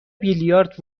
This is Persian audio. بیلیارد